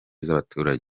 z’abaturage